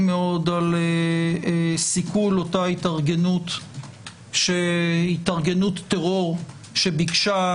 מאוד על סיכול אותה התארגנות טרור שביקשה,